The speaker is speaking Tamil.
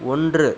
ஒன்று